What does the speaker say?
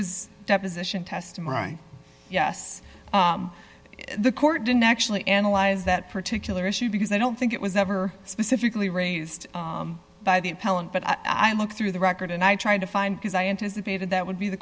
was deposition testimony yes the court didn't actually analyze that particular issue because i don't think it was ever specifically raised by the appellant but i look through the record and i tried to find because i anticipated that would be the